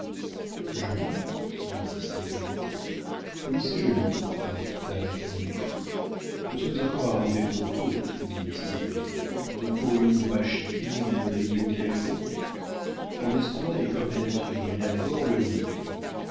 joli dit mistigris oui c'est joli répéta l'inconnu nous sommes encore arrivés trop tôt dit mistigris ne pourrions-nous pas chiquer une légume quelconque mon estomac est comme la nature il abhorre le vide